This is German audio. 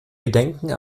gedenken